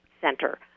center